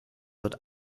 dort